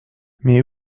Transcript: mais